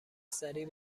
سریع